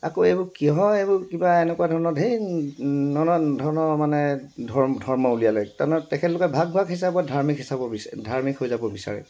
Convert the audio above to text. আকৌ এইবোৰ কিহৰ এইবোৰ কিবা এনেকুৱা ধৰণৰ ঢেৰ নানান ধৰণৰ মানে ধৰ্ম ধৰ্ম উলিয়ালে তাৰমানে তেখেতলোকে ভাগ ভাগ হিচাপত ধাৰ্মিক হিচাপত বিচাৰে ধাৰ্মিক হৈ যাব বিচাৰে